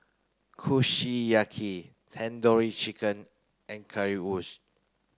Kushiyaki Tandoori Chicken and Currywurst